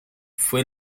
fue